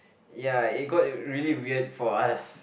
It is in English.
ya it got really weird for us